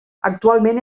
actualment